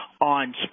on